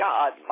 God